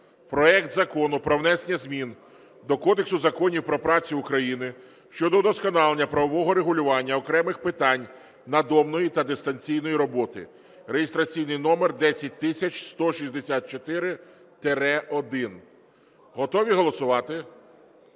проект Закону про внесення змін до Кодексу законів про працю України щодо удосконалення правого регулювання окремих питань надомної та дистанційної роботи (реєстраційний номер 10164-1). Готові голосувати?